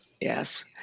Yes